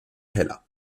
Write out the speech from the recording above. heller